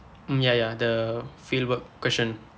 mm ya ya the fieldwork question